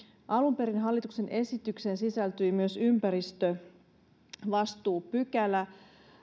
alun perin hallituksen esitykseen sisältyi myös ympäristövastuupykälä